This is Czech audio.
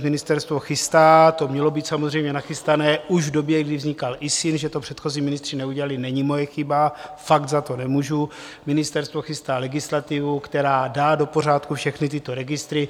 Ministerstvo chystá to mělo být samozřejmě nachystané už v době, kdy vznikal ISIN, že to předchozí ministři neudělali, není moje chyba, fakt za to nemůžu ministerstvo chystá legislativu, která dá do pořádku všechny tyto registry.